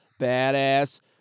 badass